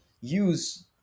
use